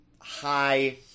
high